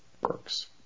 works